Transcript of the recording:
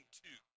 two